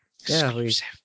Exclusive